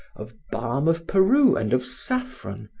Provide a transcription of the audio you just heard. of balm of peru and of saffron,